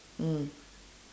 mm